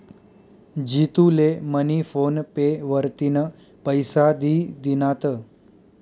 जितू ले money PhonePe वरतीन पैसा दि दिनात